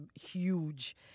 huge